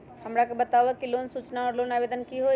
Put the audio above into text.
हमरा के बताव कि लोन सूचना और लोन आवेदन की होई?